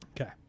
Okay